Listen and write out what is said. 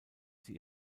sie